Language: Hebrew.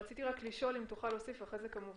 רציתי לשאול, אם תוכל להוסיף, אני